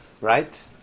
Right